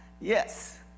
yes